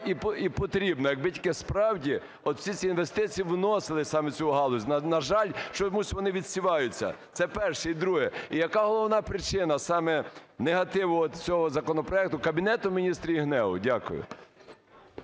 і потрібно, якби тільки справді оці всі інвестиції вносили саме в цю галузь. На жаль, чомусь вони відсіваються. Це перше. І друге. Яка головна причина саме негативу от цього законопроекту Кабінету Міністрів і ГНЕУ? Дякую.